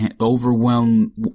overwhelm